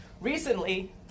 Recently